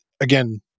again